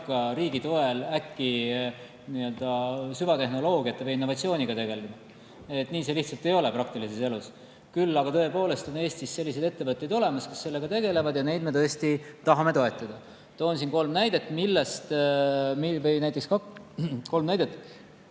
hakka riigi toel äkki süvatehnoloogia ja innovatsiooniga tegelema. Nii see lihtsalt ei ole praktilises elus. Küll aga tõepoolest on Eestis sellised ettevõtted olemas, kes sellega tegelevad, ja neid me tõesti tahame toetada. Toon teile kolm näidet, millest siin täna juba juttu